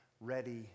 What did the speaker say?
ready